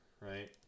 right